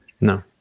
No